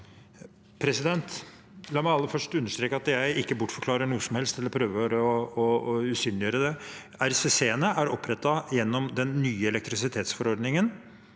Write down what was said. La meg aller først understreke at jeg ikke bortforklarer noe som helst, eller prøver å usynliggjøre det. RCC-ene er opprettet gjennom den nye elektrisitetsforordningen,